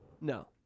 No